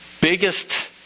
biggest